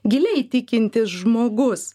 giliai tikintis žmogus